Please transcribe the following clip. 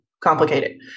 complicated